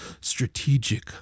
strategic